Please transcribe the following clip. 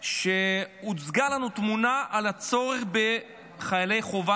כשהוצגה לנו תמונה על הצורך בחיילי חובה